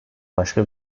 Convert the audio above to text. başka